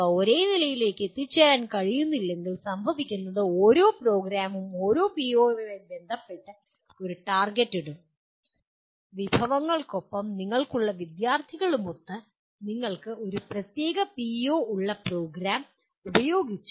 അവ ഒരേ നിലയിലേക്ക് എത്തിച്ചേരാൻ കഴിയുന്നില്ലെങ്കിൽ സംഭവിക്കുന്നത് ഓരോ പ്രോഗ്രാമും ഓരോ പിഒയുമായി ബന്ധപ്പെട്ട് ഒരു ടാർഗെറ്റ് ഇടും വിഭവങ്ങൾക്കൊപ്പം നിങ്ങൾക്കുള്ള വിദ്യാർത്ഥികളുമൊത്ത് നിങ്ങൾക്ക് ഒരു പ്രത്യേക പിഒ ഉള്ള പ്രോഗ്രാം ഉപയോഗിച്ച്